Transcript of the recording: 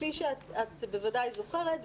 כפי שאת בוודאי זוכרת,